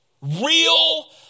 Real